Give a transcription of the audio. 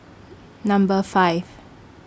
Number five